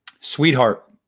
Sweetheart